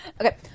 Okay